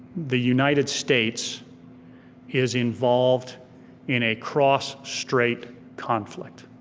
the united states is involved in a cross strait conflict.